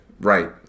Right